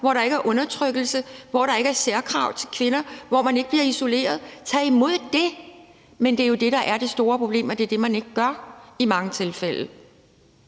hvor der ikke er undertrykkelse, hvor der ikke er særkrav til kvinder, hvor man ikke bliver isoleret. Tag imod det! Men det er jo det, der er det store problem, og det er det, man i mange tilfælde